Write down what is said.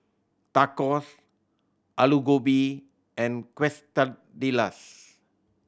Tacos Alu Gobi and Quesadillas